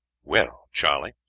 well, charley,